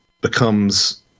becomes